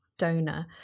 donor